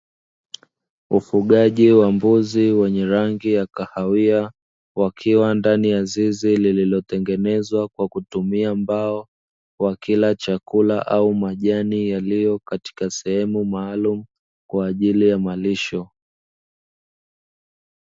Ufugaji wa mbuzi wenye rangi ya kahawia, wakiwa ndani ya zizi lililotengenezwa kwa kutumia mbao, wakila chakula au majani yaliyo katika sehemu maalumu kwa ajili ya malisho.